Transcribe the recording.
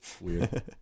Weird